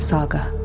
Saga